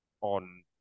on